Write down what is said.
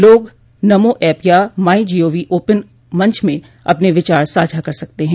लोग नमो ऐप या my G O V open मंच मं अपने विचार साझा कर सकते हैं